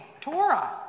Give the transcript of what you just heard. Torah